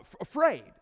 afraid